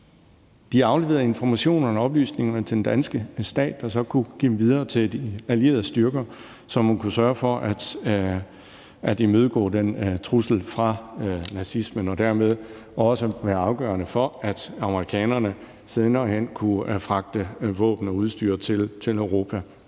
De afleverede informationerne til den danske stat, der så kunne give dem videre til de allierede styrker, så man kunne sørge for at imødegå den trussel fra nazisterne, og det var dermed også være afgørende for, at amerikanerne senere hen kunne fragte våben og udstyr til Europa.